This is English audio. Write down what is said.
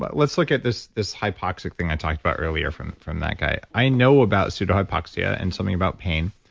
but let's look at this this hypoxic thing i talked about earlier from from that guy, i know about pseudohypoxia, and something about pain,